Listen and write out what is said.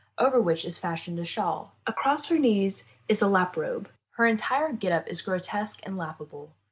over which is fastened a shawl across her knees is a lap-robe. her entire get-up is grotesque and laughable.